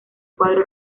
cuadro